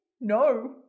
No